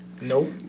Nope